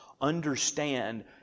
understand